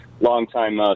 Longtime